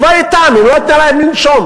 היא ישבה אתם, לא נתנה להם לנשום.